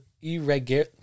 irregular